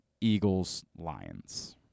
Eagles-Lions